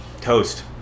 Toast